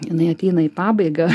jinai ateina į pabaigą